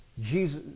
Jesus